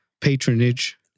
patronage